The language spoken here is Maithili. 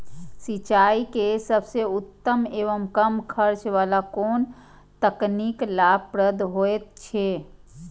सिंचाई के सबसे उत्तम एवं कम खर्च वाला कोन तकनीक लाभप्रद होयत छै?